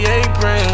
apron